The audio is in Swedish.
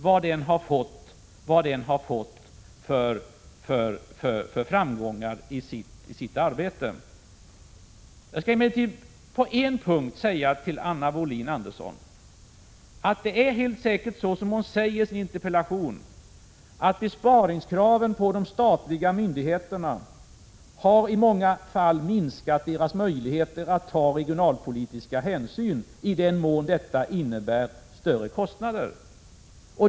Jag skall emellertid på en punkt säga till Anna Wohlin-Andersson att det helt säkert är som hon säger i sin interpellation: besparingskraven på de statliga myndigheterna har i många fall minskat deras möjligheter att ta regionalpolitiska hänsyn i den mån detta innebär större kostnader.